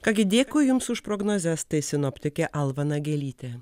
ką gi dėkui jums už prognozes tai sinoptikė alva nagelytė